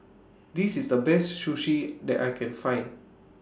This IS The Best Sushi that I Can Find